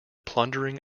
plundering